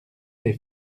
les